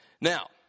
Now